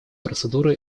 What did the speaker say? процедуры